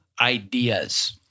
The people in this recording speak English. ideas